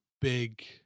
big